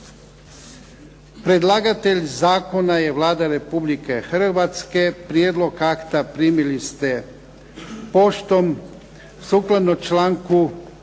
Predlagatelj zakona je Vlada Republike Hrvatske. Prijedlog akta primili ste poštom. Ovaj zakonski